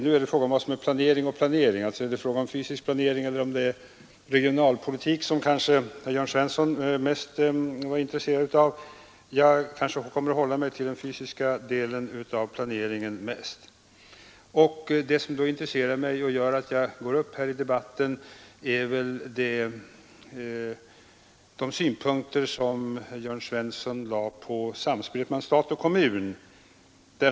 Nu kan det diskuteras vad som är planering: Är det fråga om fysisk planering eller är det regionalpolitik, som herr Svensson i Malmö kanske var mest intresserad av? Jag kommer mest att hålla mig till den fysiska delen av planeringen. Det som då intresserar mig och gör att jag går upp i debatten är de synpunkter som herr Svensson lade fram på samspelet mellan stat och kommun.